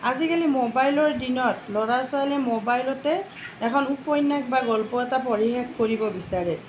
আজিকালি মোবাইলৰ দিনত ল'ৰা ছোৱালীয়ে মোবাইলতে এখন উপন্যাস বা গল্প এটা পঢ়ি শেষ কৰিব বিচাৰে